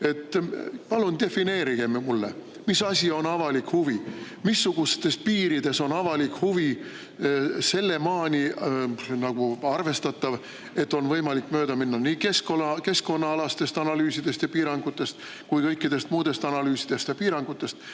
Palun defineerige mulle, mis asi on avalik huvi. Missugustes piirides on avalik huvi sinnamaani nagu arvestatav, et on võimalik mööda minna nii keskkonnaalastest analüüsidest ja piirangutest kui ka kõikidest muudest analüüsidest ja piirangutest,